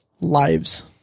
lives